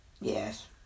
Yes